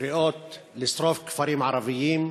קריאות לשרוף כפרים ערביים,